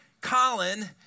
Colin